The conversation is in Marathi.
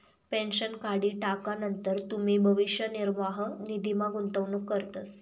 पेन्शन काढी टाकानंतर तुमी भविष्य निर्वाह निधीमा गुंतवणूक करतस